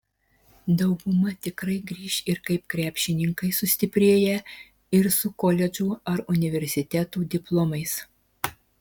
dauguma tikrai grįš ir kaip krepšininkai sustiprėję ir su koledžų ar universitetų diplomais